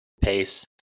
pace